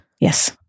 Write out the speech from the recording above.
Yes